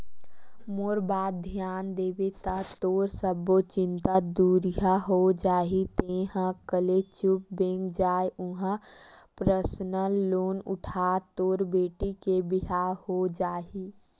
मोर बात धियान देबे ता तोर सब्बो चिंता दुरिहा हो जाही तेंहा कले चुप बेंक जा उहां परसनल लोन उठा तोर बेटी के बिहाव हो जाही